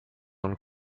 und